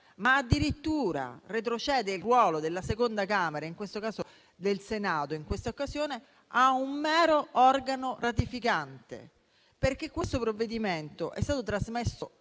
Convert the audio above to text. ma addirittura retrocede il ruolo della seconda Camera, in questo caso del Senato, a un mero organo ratificante. Questo provvedimento è stato trasmesso